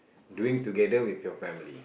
doing together with your family